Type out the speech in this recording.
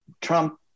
Trump